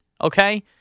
Okay